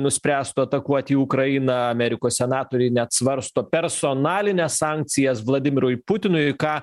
nuspręstų atakuoti ukrainą amerikos senatoriai net svarsto personalines sankcijas vladimirui putinui ką